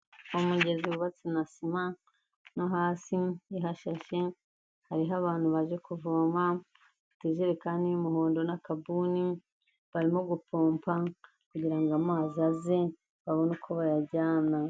Mu mugezi wubatse na sima no hasi ihashashe hariho abantu baje kuvoma bafite ijerekani y'umuhondo n'akabuni, barimo gupompa kugira ngo amazi aze babone uko bayajyana.